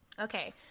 Okay